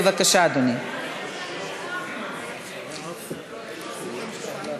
בבקשה, אדוני.